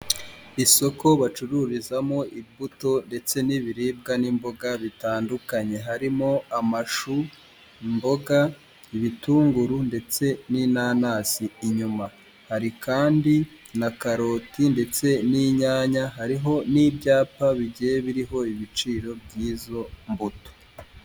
Isoko bacururizamo imbuto ndetse n'ibiribwa ,n'imboga bitandukanye. Harimo amashu imboga, ibitunguru ndetse n'inanasi inyuma hari kandi na karoti ndetse n'inyanya hariho n'ibyapa bigiye biriho ibiciro by'izo mbuto .